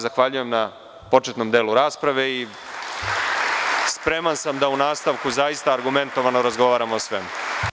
Zahvaljujem vam se na početnom delu raspravi i spreman sam da u nastavku zaista argumentovano razgovaramo o svemu.